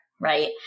right